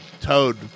toad